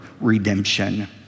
redemption